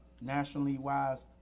nationally-wise